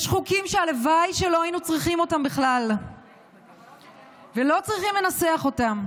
יש חוקים שהלוואי שלא היינו צריכים אותם בכלל ולא צריכים לנסח אותם,